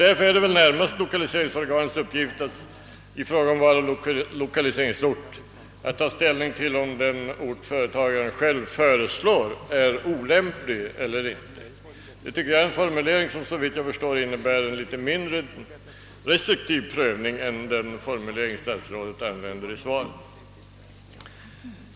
Därför är det väl närmast lokaliseringsorganens uppgift i ifrågagavarande lokaliseringsort att ta ställning till frågan, om den ort företagaren själv föreslår är olämplig eller inte. Det är en formulering som, såvitt jag förstår, innebär en något mindre restriktiv prövning än den formulering statsrådet använder i svaret.